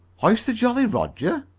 hoist the jolly roger?